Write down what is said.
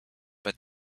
but